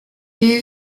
you